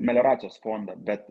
melioracijos fondą bet